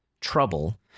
trouble